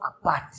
apart